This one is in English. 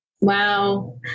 Wow